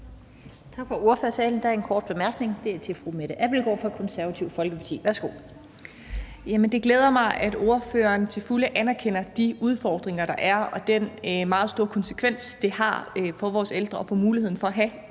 Tak for ordførertalen. Der er en kort bemærkning til fru Mette Abildgaard fra Det Konservative Folkeparti. Værsgo. Kl. 16:09 Mette Abildgaard (KF): Jamen det glæder mig, at ordføreren til fulde anerkender de udfordringer, der er, og den meget store konsekvens, det har for vores ældre og for muligheden for at have